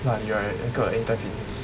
like 有一个 Anytime Fitness